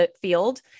Field